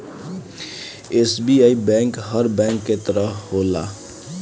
SBI bank हर bank के तरह होला